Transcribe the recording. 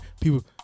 people